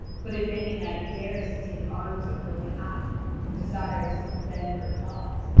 but if any knight dares to take arms on her behalf and desires to defend her cause,